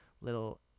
little